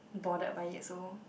bothered by it so